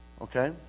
Okay